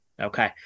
Okay